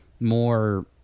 more